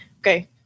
Okay